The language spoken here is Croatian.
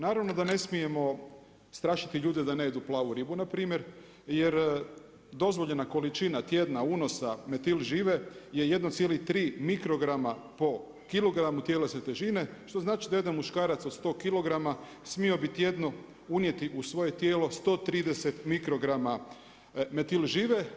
Naravno da ne smijemo strašiti ljude da ne jedu plavu ribu na primjer, jer dozvoljena količina tjedna unosa metil žive je 1,3 mikrograma po kilogramu tjelesne težine, što znači da jedan muškarac od 100 kg smio bi tjedno unijeti u svoje tijelo 130 mikrograma metil žive.